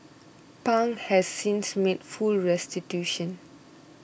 pang has since made full restitution